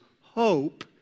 hope